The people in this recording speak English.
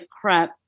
crap